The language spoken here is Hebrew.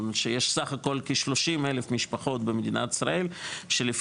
זאת אומרת שיש סך הכול כ-30,000 משפחות במדינת ישראל שלפי